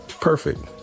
perfect